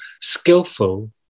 skillful